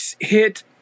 hit